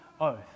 oath